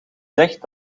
zegt